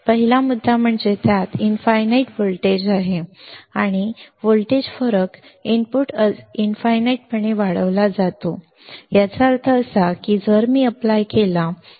पहिला मुद्दा म्हणजे त्यात अनंत व्होल्टेज वाढ आहे आणि व्होल्टेज फरक इनपुट असीमपणे वाढविला जातो याचा अर्थ असा की जर मी एप्लाय केला तर मी एप्लाय केल्यास